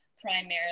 primarily